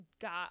got